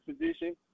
position